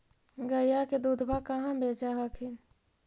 गया के दूधबा कहाँ बेच हखिन?